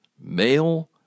male